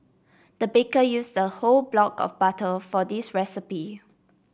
the baker use a whole block of butter for this recipe